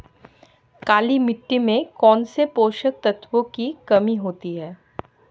काली मिट्टी में कौनसे पोषक तत्वों की कमी होती है?